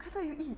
I thought you eat